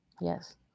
Yes